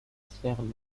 استقلالی